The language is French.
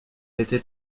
était